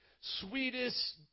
sweetest